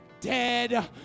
dead